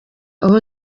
aho